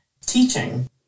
teaching